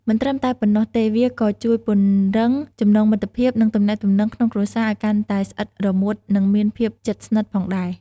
មិនត្រឹមតែប៉ុណ្ណោះទេវាក៏ជួយពង្រឹង ចំណងមិត្តភាព និងទំនាក់ទំនងក្នុងគ្រួសារ ឱ្យកាន់តែស្អិតរមួតនឹងមានភាពជិតស្និតផងដែរ ។